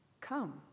Come